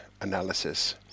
analysis